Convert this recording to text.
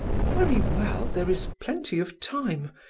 very well there is plenty of time.